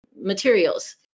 materials